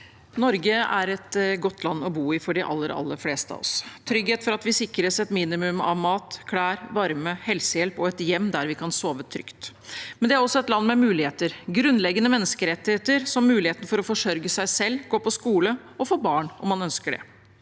Norge er et godt land å bo i for de aller, aller fleste av oss – med trygghet for at vi sikres et minimum av mat, klær, varme, helsehjelp og et hjem der vi kan sove trygt. Det er også et land med muligheter, grunnleggende menneskerettigheter, som muligheten for å forsørge seg selv, gå på skole og få barn om man ønsker det.